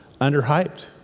underhyped